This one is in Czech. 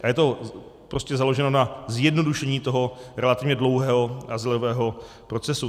A je to prostě založeno na zjednodušení toho relativně dlouhého azylového procesu.